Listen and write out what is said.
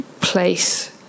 place